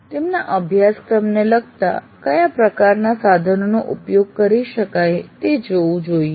તેમના અભ્યાસક્રમને લગતા કયા પ્રકારનાં સાધનોનો ઉપયોગ કરી શકાય તે જોવું જોઈએ